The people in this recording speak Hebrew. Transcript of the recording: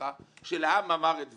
סליחה - של העם אמר את דברו.